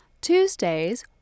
Tuesdays